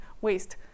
waste